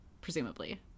presumably